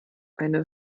eine